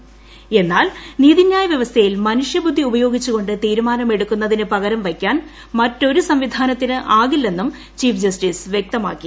ക്ഷ്യൻ നീതിന്യായ വൃസ്ഥയിൽ മനുഷ്യ ബുദ്ധി ഉപയോഗിച്ചുകൊണ്ട് തീരുമാനം എടുക്കുന്നതിന് പകരം വയ്ക്കാൻ മറ്റൊരു സംവിക്ട്രൂന്ത്തിനുമാകില്ലെന്നും ചീഫ് ജസ്റ്റിസ് വ്യക്തമാക്കി